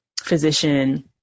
physician